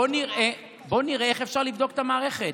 בואו נראה איך אפשר לבדוק את המערכת.